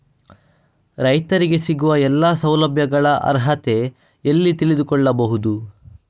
ರೈತರಿಗೆ ಸಿಗುವ ಎಲ್ಲಾ ಸೌಲಭ್ಯಗಳ ಅರ್ಹತೆ ಎಲ್ಲಿ ತಿಳಿದುಕೊಳ್ಳಬಹುದು?